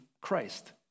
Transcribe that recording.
Christ